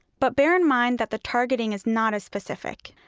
but bear in mind that the targeting is not as specific.